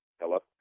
Hello